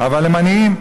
אבל הם עניים.